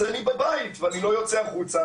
אז אני בבית ואני לא יוצא החוצה,